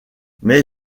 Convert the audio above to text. mais